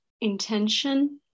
intention